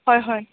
হয় হয়